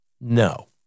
No